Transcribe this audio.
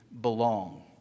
belong